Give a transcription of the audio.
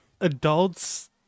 adults